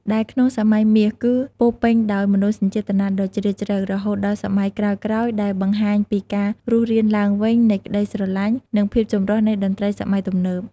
ដែលក្នុងសម័យមាសគឺពោរពេញដោយមនោសញ្ចេតនាដ៏ជ្រាលជ្រៅ រហូតដល់សម័យក្រោយៗដែលបង្ហាញពីការរស់រានឡើងវិញនៃក្តីស្រឡាញ់ និងភាពចម្រុះនៃតន្ត្រីសម័យទំនើប។